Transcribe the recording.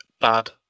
bad